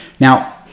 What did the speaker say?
Now